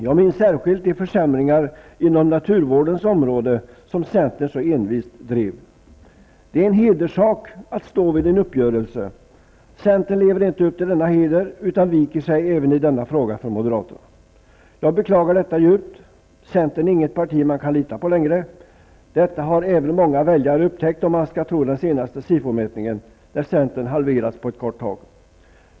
Jag minns särskilt de försämringar inom naturvårdens område som centern så envist verkade för. Det är en hederssak att stå vid en uppgörelse. Centern lever inte upp till denna heder utan viker sig även i denna fråga för moderaterna. Jag beklagar detta djupt. Centern är inget parti man kan lita på längre. Detta har även många väljare upptäckt, om man skall tro den senaste SIFO-mätningen, där centern på kort tid halverats.